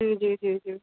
जी जी जी